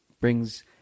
brings